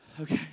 Okay